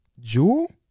Jewel